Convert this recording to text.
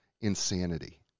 insanity